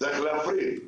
צריך להפריד,